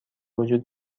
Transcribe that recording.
وجود